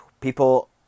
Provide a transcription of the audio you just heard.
people